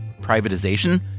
privatization